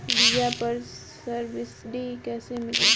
बीया पर सब्सिडी कैसे मिली?